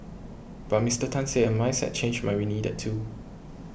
but Mister Tan said a mindset change might be needed too